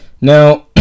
now